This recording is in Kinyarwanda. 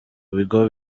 bigo